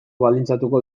baldintzatuko